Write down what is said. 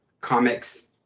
Comics